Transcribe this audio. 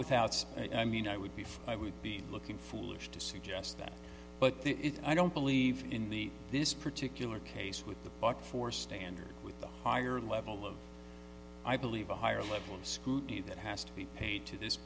without its i mean i would be fine i would be looking foolish to suggest that but there is i don't believe in the this particular case with the buck for standard with the higher level of i believe a higher level of scrutiny that has to be paid to this